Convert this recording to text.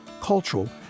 cultural